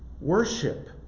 worship